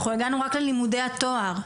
אנחנו הגענו רק ללימודי התואר.